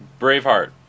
Braveheart